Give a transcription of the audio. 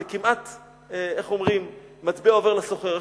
זה כמעט מטבע עובר לסוחר.